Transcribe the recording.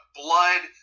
blood